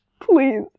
Please